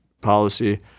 policy